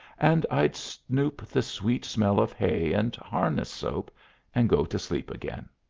and i'd snoop the sweet smell of hay and harness-soap and go to sleep again.